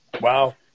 Wow